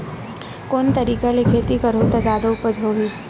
कोन तरीका ले खेती करहु त जादा उपज होही?